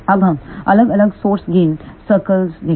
अब हम अलग अलग स्रोत गेन सर्कल्स देखते हैं